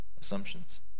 assumptions